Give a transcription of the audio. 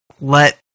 let